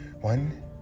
One